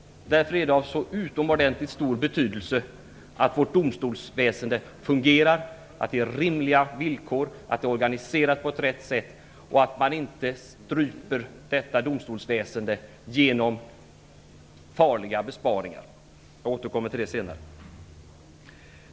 Därför är det av så utomordentligt stor betydelse att vårt domstolsväsende fungerar, att det har rimliga villkor, att det organiseras på rätt sätt och att man inte stryper detta domstolsväsende genom farliga besparingar. Jag återkommer till det senare.